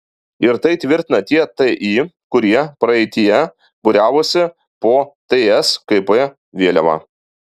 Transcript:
ir tai tvirtina tie ti kurie praeityje būriavosi po tskp vėliava